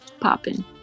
popping